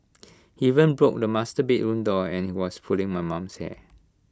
even broke the master bedroom door and he was pulling my mum's hair